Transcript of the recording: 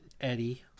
Eddie